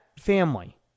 family